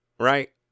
Right